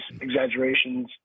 exaggerations